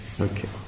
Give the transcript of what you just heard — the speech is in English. Okay